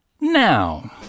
now